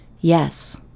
Yes